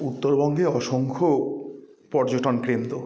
উত্তরবঙ্গে অসংখ্য পর্যটন কেন্দ্র